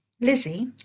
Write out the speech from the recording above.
Lizzie